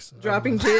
Dropping